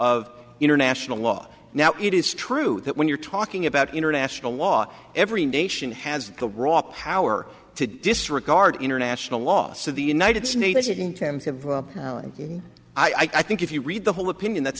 of international law now it is true that when you're talking about international law every nation has the raw power to disregard international law so the united snakes it in terms of i think if you read the whole opinion that's